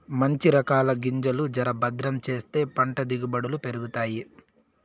మంచి రకాల గింజలు జర భద్రం చేస్తే పంట దిగుబడులు పెరుగుతాయి